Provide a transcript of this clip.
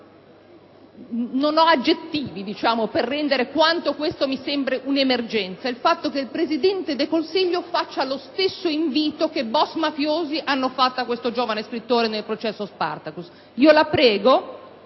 non ho aggettivi per rendere chiaro quanto tutto ciò mi sembri un'emergenza - il fatto che il Presidente del Consiglio faccia lo stesso invito che boss mafiosi hanno rivolto a questo giovane scrittore nel processo "Spartacus". Signor